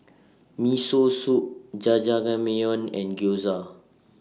Miso Soup Jajangmyeon and Gyoza